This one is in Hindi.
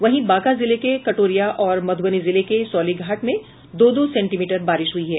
वहीं बांका जिले के कटोरिया और मध्रबनी जिले के सौलीघाट में दो दो सेंटीमीटर बारिश हुई है